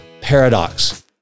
paradox